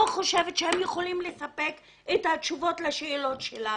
שאני לא חושבת שהם יכולים לספק את התשובות לשאלות שלנו.